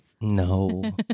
No